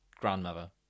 grandmother